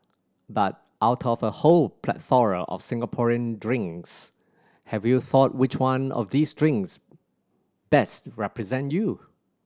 but out of a whole plethora of Singaporean drinks have you thought which one of these drinks best represent you